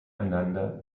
einander